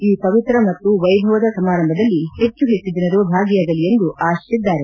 ಈ ಪವಿತ್ರ ಮತ್ತು ವೈಭವದ ಸಮಾರಂಭದಲ್ಲ ಹೆಚ್ಚು ಹೆಚ್ಚು ಜನರು ಭಾಗಿಯಾಗಅ ಎಂದು ಆಶಿಸಿದ್ದಾರೆ